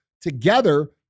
together